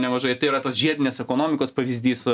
nemažai tai yra tos žiedinės ekonomikos pavyzdys